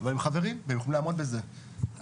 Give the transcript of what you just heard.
אבל הם חברים והם יכולים לעמוד בזה.